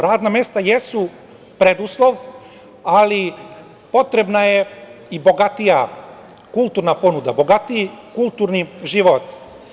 Radna mesta jesu preduslov, ali potrebna je i bogatija kulturna ponuda, bogatiji kulturni život.